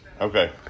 okay